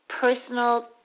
personal